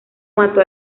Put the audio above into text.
mató